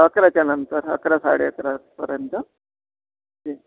अकराच्यानंतर अकरा साडे अकरापर्यंत